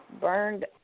burned